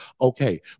Okay